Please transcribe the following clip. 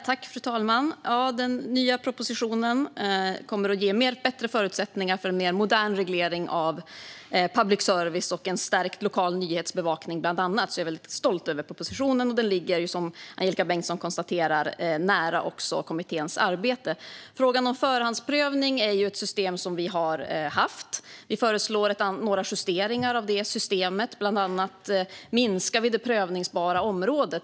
Fru talman! Ja, den nya propositionen kommer att ge bättre förutsättningar för en mer modern reglering av public service och bland annat stärkt lokal nyhetsbevakning. Jag är väldigt stolt över propositionen. Den ligger också, som Angelika Bengtsson konstaterar, nära kommitténs arbete. Förhandsprövning är ju ett system som vi har haft. Vi föreslår några justeringar av det systemet; bland annat minskar vi det prövningsbara området.